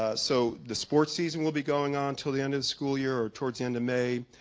ah so the sports season will be going on till the end of the school year or towards the end of may,